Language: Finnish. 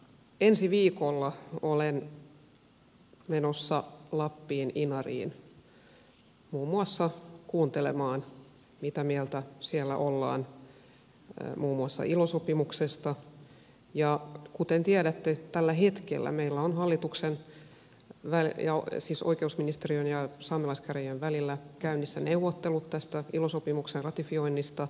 ensi viikolla olen menossa lappiin inariin muun muassa kuuntelemaan mitä mieltä siellä ollaan muun muassa ilo sopimuksesta ja kuten tiedätte tällä hetkellä meillä on oikeusministeriön ja saamelaiskäräjien välillä käynnissä neuvottelut tästä ilo sopimuksen ratifioinnista